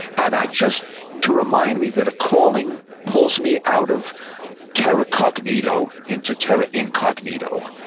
and i just to remind me that a calling pulls me out of terra cognito into terra incognito,